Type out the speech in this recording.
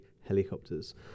helicopters